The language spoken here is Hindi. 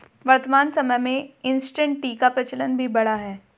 वर्तमान समय में इंसटैंट टी का प्रचलन भी बढ़ा है